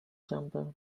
jumper